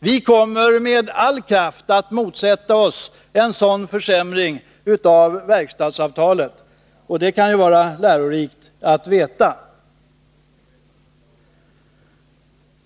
Vi kommer med all kraft att motsätta oss en sådan försämring av verkstadsavtalet — det kan vara lärorikt att veta det.